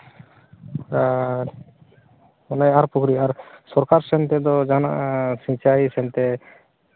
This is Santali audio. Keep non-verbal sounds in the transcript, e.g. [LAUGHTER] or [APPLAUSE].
ᱟᱨ ᱚᱱᱟ ᱟᱨ ᱯᱩᱠᱷᱨᱤ ᱟᱨ ᱥᱚᱨᱠᱟᱨ ᱥᱮᱱ ᱛᱮᱫᱚ ᱡᱟᱦᱟᱱᱟᱜ [UNINTELLIGIBLE] ᱦᱤᱥᱟᱹᱵᱽ ᱛᱮ